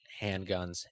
handguns